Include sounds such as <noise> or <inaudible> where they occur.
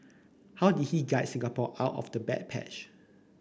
how did he guide <noise> Singapore out of the bad patch